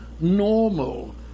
normal